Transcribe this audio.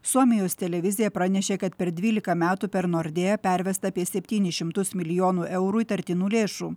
suomijos televizija pranešė kad per dvylika metų per nordėją pervesta apie septynis šimtus milijonų eurų įtartinų lėšų